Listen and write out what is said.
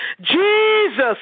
Jesus